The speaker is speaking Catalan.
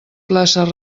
places